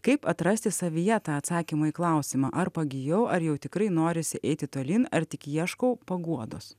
kaip atrasti savyje tą atsakymą į klausimą ar pagijau ar jau tikrai norisi eiti tolyn ar tik ieškau paguodos